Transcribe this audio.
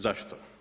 Zašto?